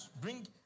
bring